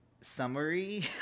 summary